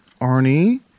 Arnie